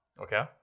okay